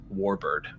warbird